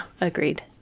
agreed